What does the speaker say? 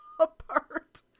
apart